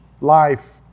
life